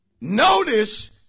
Notice